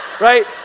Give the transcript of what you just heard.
Right